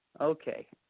Okay